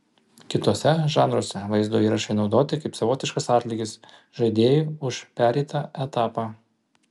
kituose žanruose vaizdo įrašai naudoti kaip savotiškas atlygis žaidėjui už pereitą etapą